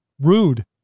rude